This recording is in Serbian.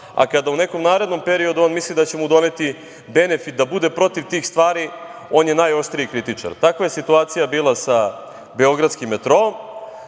a kada u nekom narednom periodu on misli da će mu doneti benefit da bude protiv tih stvari, on je najoštriji kritičar. Takva je situacija bila sa beogradskim metroom